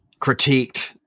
critiqued